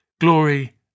Glory